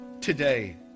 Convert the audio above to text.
today